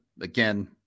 Again